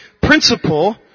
principle